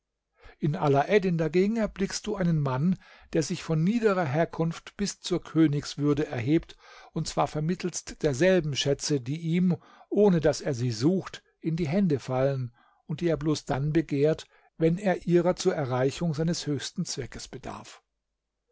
in alaeddin dagegen erblickst du einen mann der sich von niederer herkunft bis zur königswürde erhebt und zwar vermittelst derselben schätze die ihm ohne daß er sie sucht in die hände fallen und die er bloß dann begehrt wenn er ihrer zur erreichung seines höchsten zweckes bedarf